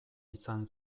izan